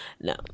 no